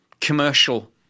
commercial